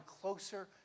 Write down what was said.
closer